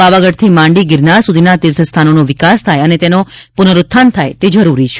પાવાગઢથી માંડી ગિરનાર સુધીના તિર્થસ્થાનોનો વિકાસ થાય અને તેના પુનરોથ્થાન થવું જરૂરી છે